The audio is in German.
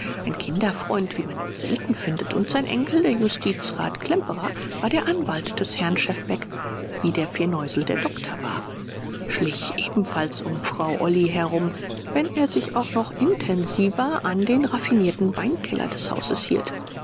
ein kinderfreund wie man ihn selten findet und sein enkel der justizrat klemperer war der anwalt des herrn schefbeck wie der firneusel der doktor war schlich ebenfalls um frau olly herum wenn er sich auch noch intensiver an den raffinierten weinkeller des hauses hielt